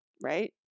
right